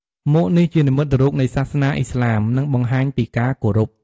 មួកនេះជានិមិត្តរូបនៃសាសនាឥស្លាម និងបង្ហាញពីការគោរព។